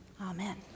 Amen